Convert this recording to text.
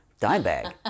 Dimebag